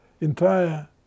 entire